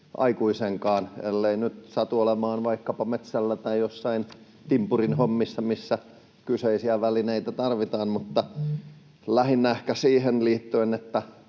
aikuistenkaan, ellei nyt satu olemaan vaikkapa metsällä tai jossain timpurin hommissa, missä kyseisiä välineitä tarvitaan. Mutta lähinnä ehkä siihen liittyen, että